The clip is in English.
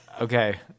okay